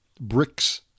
Bricks